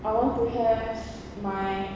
I want to have my